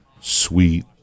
sweet